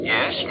Yes